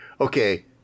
okay